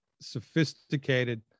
sophisticated